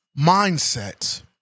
mindset